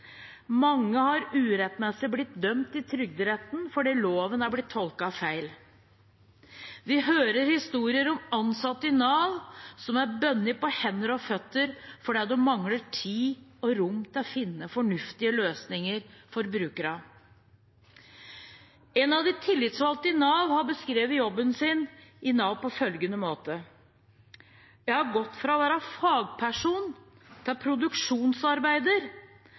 Mange har urettmessig blitt dømt i trygderetten fordi loven er blitt tolket feil. Vi hører historier om ansatte i Nav som er bundet på hender og føtter fordi de mangler tid og rom til å finne fornuftige løsninger for brukerne. En av de tillitsvalgte i Nav har beskrevet jobben sin i Nav på følgende måte: «Jeg har gått fra fagperson til produksjonsarbeider.